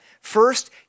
First